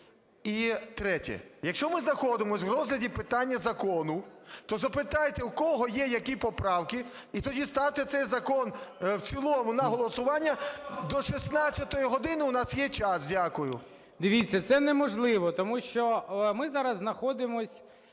І третє. Якщо ми знаходимося в розгляді питання закону, то запитайте, в кого є які поправки, і тоді ставте цей закон в цілому на голосування, до 16 години у нас є час. Дякую. ГОЛОВУЮЧИЙ. Дивіться, це можливо, тому що ми зараз знаходимось